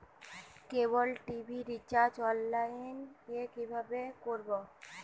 কেবল TV recharge online এ কিভাবে করব?